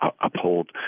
uphold